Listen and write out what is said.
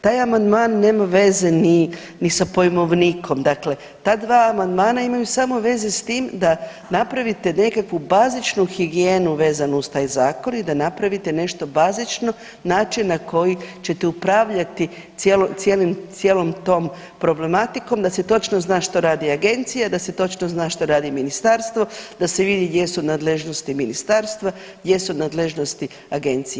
Taj amandman nema veze ni, ni sa pojmovnikom, dakle ta dva amandmana imaju samo veze s tim da napravite nekakvu bazičnu higijenu vezanu uz taj zakon i da napravite nešto bazično, način na koji ćete upravljati cijelom tom problematikom da se točno zna što radi agencija, da se točno zna šta radi ministarstvo, da se vidi gdje su nadležnosti ministarstva, gdje su nadležnosti agencije.